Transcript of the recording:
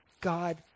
God